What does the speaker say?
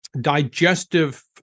digestive